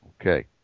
Okay